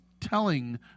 telling